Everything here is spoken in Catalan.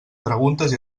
preguntes